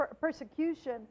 persecution